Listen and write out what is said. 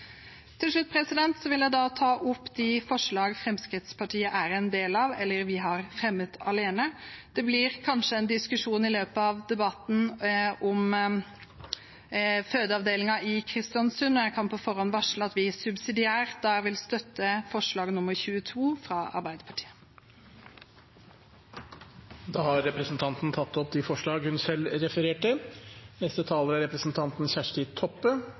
til. Helt til slutt vil jeg ta opp de forslagene Fremskrittspartiet er en del av eller har fremmet alene. Det blir kanskje en diskusjon i løpet av debatten om fødeavdelingen i Kristiansund, og jeg kan på forhånd varsle at vi subsidiært der vil støtte forslag nr. 22, fra Arbeiderpartiet. Representanten Åshild Bruun-Gundersen har tatt opp de forslagene hun refererte til. Senterpartiet meiner at det er